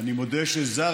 אני מודה שזר,